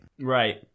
Right